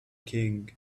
king